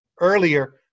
earlier